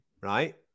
right